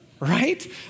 right